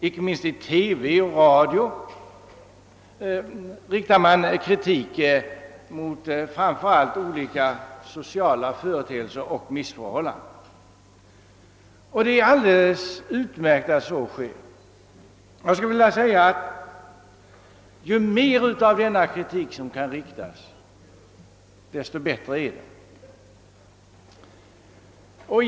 Inte minst i TV och radio riktar man kritik mot framför allt olika sociala företeelser och = missförhållanden. Att så sker är alldeles utmärkt. Jag skulle vilja säga att ju mer av denna kritik som kan riktas, desto bättre är det.